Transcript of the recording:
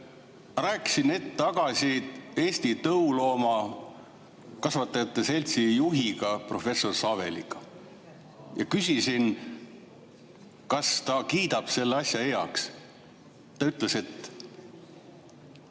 rääkisin hetk tagasi Eesti Tõuloomakasvatuse Liidu juhi professor Saveliga ja küsisin, kas ta kiidab selle asja heaks. Ta ütles, et